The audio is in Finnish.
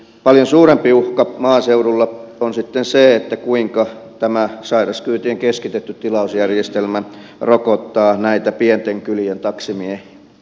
paljon suurempi uhka maaseudulla on sitten se kuinka tämä sairaskyytien keskitetty tilausjärjestelmä rokottaa näitä pienten kylien taksimiehiä